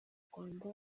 rwanda